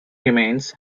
remains